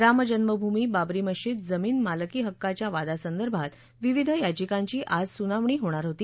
रामजन्मभूमी बाबरी मशीद जमीन मालकी हक्काच्या वादासंदर्भात विविध याचिकांची आज सुनावणी होणार होती